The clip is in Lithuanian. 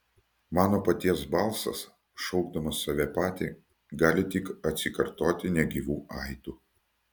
mano paties balsas šaukdamas save patį gali tik atsikartoti negyvu aidu